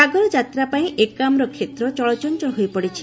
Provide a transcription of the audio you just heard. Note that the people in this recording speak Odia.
ଜାଗରଯାତ୍ରା ପାଇଁ ଏକାମ୍ର ଷେତ୍ର ଚଳଚଞ୍ଚଳ ହୋଇପଡ଼ିଛି